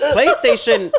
PlayStation